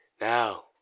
Now